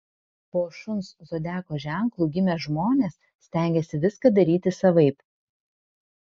po šuns zodiako ženklu gimę žmonės stengiasi viską daryti savaip